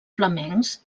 flamencs